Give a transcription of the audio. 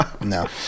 No